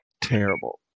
Terrible